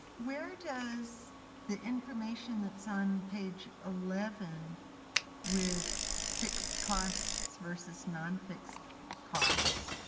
where does the information that's on page eleven with fixed costs versus non-fixed costs,